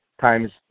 times